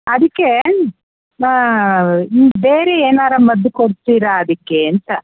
ಅದಕ್ಕೆ ನೀವು ಬೇರೆ ಏನಾದ್ರು ಮದ್ದು ಕೊಡ್ತೀರಾ ಅದಕ್ಕೆ ಅಂತ